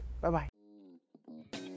Bye-bye